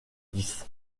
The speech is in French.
dix